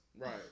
Right